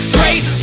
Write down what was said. Great